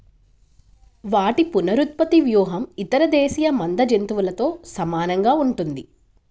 వాటి పునరుత్పత్తి వ్యూహం ఇతర దేశీయ మంద జంతువులతో సమానంగా ఉంటుంది